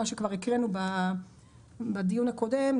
מה שכבר הקראנו בדיון הקודם,